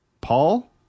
Paul